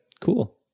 cool